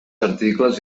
articles